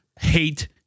hate